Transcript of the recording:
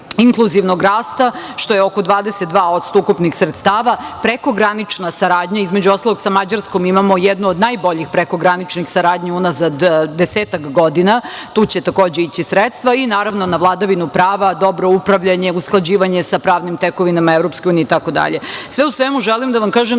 inkluzivnog rasta, što je oko 22% ukupnih sredstava, prekogranična saradnja, između ostalog, sa Mađarskom imamo jednu od najboljih prekograničnih saradnji unazad desetak godina, tu će takođe ići sredstva, i naravno na vladavinu prava, dobro upravljanje, usklađivanje sa pravnim tekovinama Evropske unije itd. Sve u svemu, želim da vam kažem